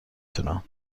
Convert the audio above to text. تونم